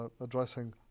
addressing